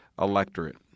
electorate